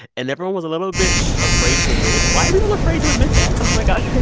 and everyone was a little bit afraid to admit it. why are people afraid to admit that? oh, my gosh.